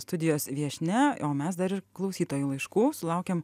studijos viešnia o mes dar ir klausytojų laiškų sulaukiam